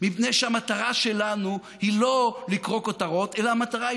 מפני שהמטרה שלנו היא לא לקרוא כותרות אלא המטרה היא